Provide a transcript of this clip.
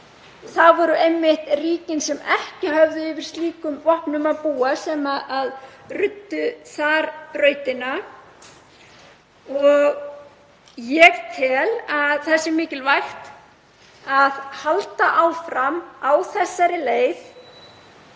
Það voru einmitt ríkin sem ekki höfðu yfir slíkum vopnum að búa sem ruddu þar brautina. Ég tel mikilvægt að halda áfram á þessari leið